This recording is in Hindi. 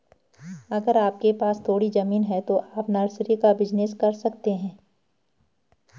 अगर आपके पास थोड़ी ज़मीन है तो आप नर्सरी का बिज़नेस कर सकते है